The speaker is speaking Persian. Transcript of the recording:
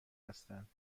هستند